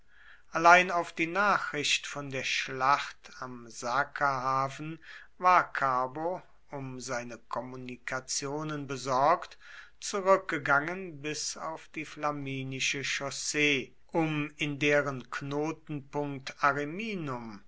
allein auf die nachricht von der schlacht am sacerhafen war carbo um seine kommunikationen besorgt zurückgegangen bis auf die flaminische chaussee um in deren knotenpunkt ariminum